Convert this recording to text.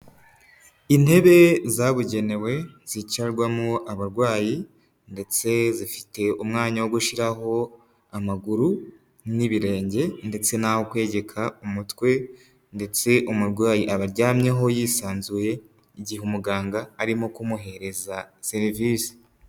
Intebe zabugenewe zicarwamo abarwayi ndetse zifite umwanya wo gushyiraho amaguru n'ibirenge ndetse n'aho kwegeka umutwe ndetse umurwayi aba aryamyeho yisanzuye igihe umuganga arimo kumuhereza serivisi.